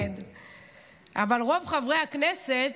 אבל רוב חברי הכנסת,